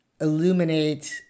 Illuminate